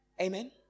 Amen